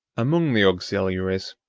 among the auxiliaries,